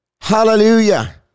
Hallelujah